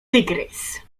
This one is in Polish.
tygrys